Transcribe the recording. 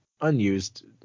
unused